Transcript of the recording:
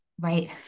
right